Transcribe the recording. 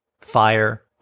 fire